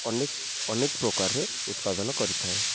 ଅନେକ ଅନେକ ପ୍ରକାରରେ ଉତ୍ପାଦନ କରିଥାଏ